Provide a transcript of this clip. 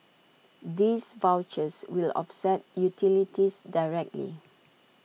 these vouchers will offset utilities directly